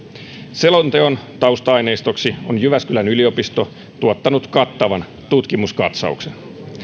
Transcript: selonteon tausta aineistoksi on jyväskylän yliopisto tuottanut kattavan tutkimuskatsauksen